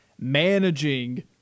managing